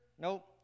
nope